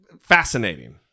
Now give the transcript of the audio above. fascinating